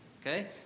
Okay